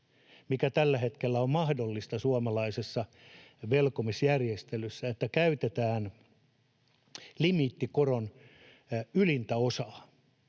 mikä tällä hetkellä on mahdollista suomalaisessa velkomisjärjestelyssä, että käytetään limiittikoron ylintä osaa.